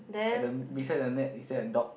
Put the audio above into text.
and then beside the net is there a dog